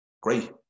Great